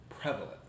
prevalent